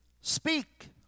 Speak